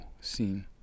scene